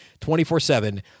24-7